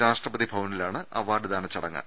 രാഷ്ട്രപതി ഭവനിലാണ് അവാർഡ്ദാന ചടങ്ങ്